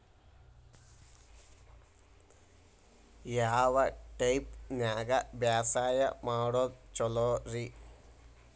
ಯಾವ ಟೈಪ್ ನ್ಯಾಗ ಬ್ಯಾಸಾಯಾ ಮಾಡೊದ್ ಛಲೋರಿ?